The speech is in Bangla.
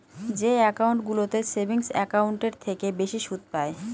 যে একাউন্টগুলোতে সেভিংস একাউন্টের থেকে বেশি সুদ পাই